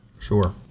sure